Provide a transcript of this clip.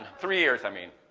three years i mean.